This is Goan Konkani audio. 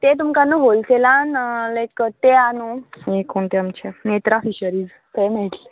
तें तुमकां न्हू होलसेलान लायक तें आं न्हू हें कोण तें आमचें नेत्रा फिशरीज थंय मेळटलें